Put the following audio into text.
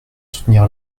soutenir